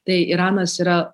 tai iranas yra